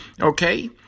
Okay